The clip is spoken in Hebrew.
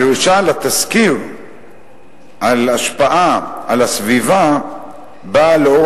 הדרישה לתסקיר השפעה על הסביבה באה לאור